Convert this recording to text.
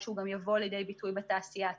שהוא גם יבוא לידי ביטוי בתעשייה עצמה.